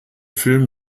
film